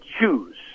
choose